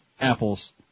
apples